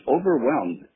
overwhelmed